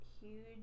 huge